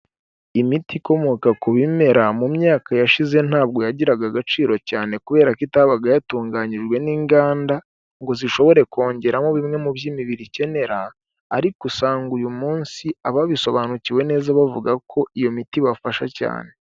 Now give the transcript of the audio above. Imiti ikomoka ku bimera mu myaka yashize ntabwo yagiraga agaciro cyane kubera ko itabaga yatunganyijwe n'inganda, ngo zishobore kongeramo bimwe mu byo imibiri ikenera, ariko usanga uyu munsi ababisobanukiwe neza bavuga ko iyo miti ibafasha cyane.